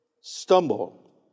stumble